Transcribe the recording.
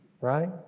Right